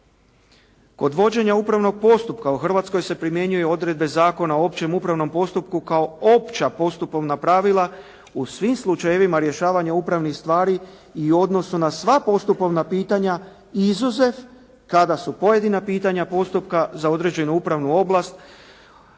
Kod vođenja upravnog postupka u Hrvatskoj se primjenjuju odredbe Zakona o općem upravnom postupku kao opća postupovna pravila u svim slučajevima rješavanja upravnih stvari i odnosu na sva postupovna pitanja izuzev kada su pojedina pitanja postupka za određenu upravnu ovlast